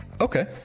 Okay